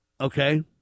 Okay